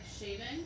shaving